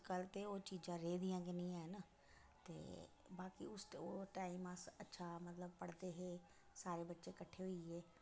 अज्जकल ते ओह् चीजां रेह्दियां गै नी हैन ते बाकी उस ओह् टैम अस अच्छा मतलब पढ़दे होंदे हे सारे बच्चे किट्ठे होइयै